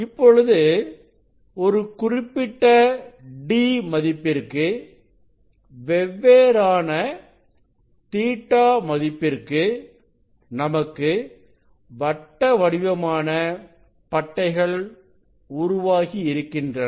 இப்பொழுது ஒரு குறிப்பிட்ட d மதிப்பிற்கு வெவ்வேறான Ɵ மதிப்பிற்கு நமக்கு வட்ட வட்டமான பட்டைகள் உருவாகியிருக்கின்றன